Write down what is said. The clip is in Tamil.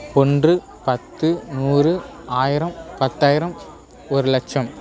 ஒன்று பத்து நூறு ஆயிரம் பத்தாயிரம் ஒரு லட்சம்